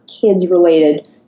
kids-related